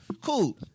Cool